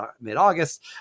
mid-August